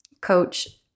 coach